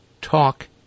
Talk